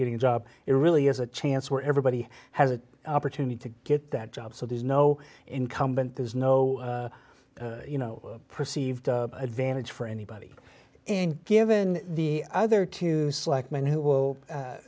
getting a job it really is a chance where everybody has an opportunity to get that job so there's no incumbent there's no you know perceived advantage for anybody and given the other two select men who will